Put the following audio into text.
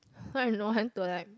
so I've no one to like